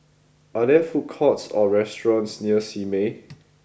are there food courts or restaurants near Simei